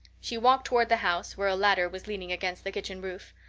she walked toward the house, where a ladder was leaning against the kitchen roof.